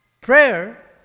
Prayer